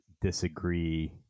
disagree